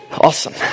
Awesome